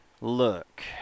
look